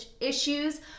issues